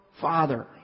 father